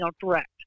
direct